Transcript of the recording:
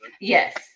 Yes